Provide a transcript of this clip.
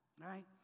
Right